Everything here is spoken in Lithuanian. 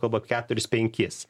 kalbą keturis penkis